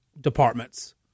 departments